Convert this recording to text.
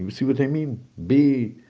you see what i mean? be,